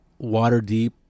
Waterdeep